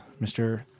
Mr